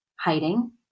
hiding